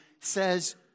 says